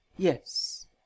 Yes